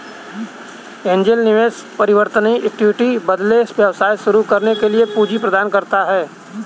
angel निवेशक परिवर्तनीय equity के बदले व्यवसाय शुरू करने के लिए पूंजी प्रदान करता है